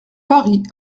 paris